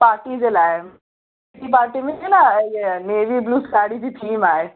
party जे लाइ party में न इअ नेवी ब्लू साड़ी जी थीम आहे